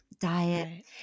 diet